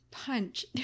Punch